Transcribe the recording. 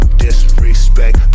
disrespect